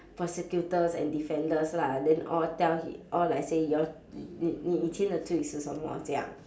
prosecutors and defenders lah and then all tell hi~ all like say you all n~ n~ 你以前的罪是什么这样